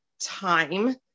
time